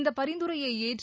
இந்த பரிந்துரையை ஏற்று